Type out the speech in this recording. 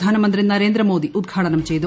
പ്രധാനമന്ത്രി നരേന്ദ്രമോദി ഉദ്ഘാടനം ചെയ്തു